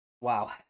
wow